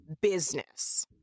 business